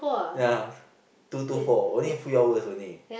ya two to four only a few hours only